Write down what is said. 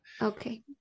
okay